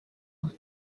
and